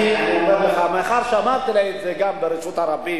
אני אומר מאחר שאמרתי לה את זה גם ברשות הרבים,